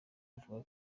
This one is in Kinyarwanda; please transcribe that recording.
avuga